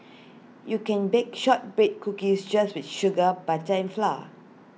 you can bake Shortbread Cookies just with sugar butter and flour